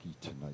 tonight